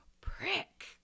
Prick